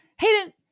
Hayden